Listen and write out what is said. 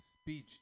speech